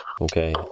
okay